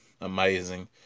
amazing